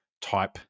type